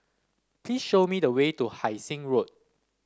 please show me the way to Hai Sing Road